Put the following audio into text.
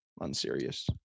Unserious